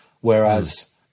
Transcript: Whereas